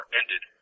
ended